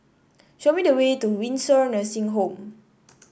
show me the way to Windsor Nursing Home